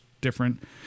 different